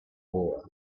aura